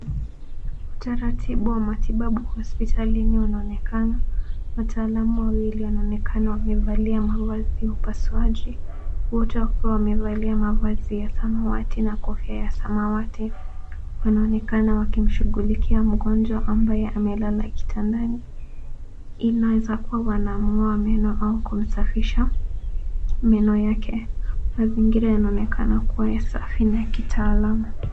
Utaratibu wa matibabu hospitalini unaonekana. Wataalam wawili wanaonekana wamevalia mavazi ya upusuaji. Wote wakiwa wamevalia mavazi ya samawati na kofia ya samawati, wanaonekana wakimshughulikia mgonjwa ambaye amelala kitandani. Inaweza kuwa wanamg'oa meno au kusafisha meno yake. Mazingira yanaonekana kuwa safi na ya kitaalam.